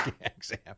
exam